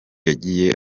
yagiye